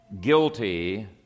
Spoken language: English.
guilty